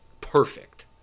perfect